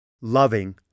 loving